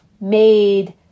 made